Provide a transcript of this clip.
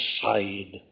side